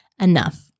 enough